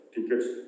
Tickets